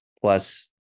plus